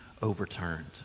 overturned